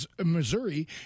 Missouri